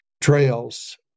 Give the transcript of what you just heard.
trails